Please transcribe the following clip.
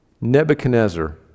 Nebuchadnezzar